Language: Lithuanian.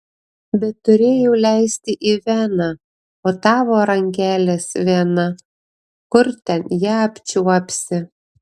bet turėjau leisti į veną o tavo rankelės vena kur ten ją apčiuopsi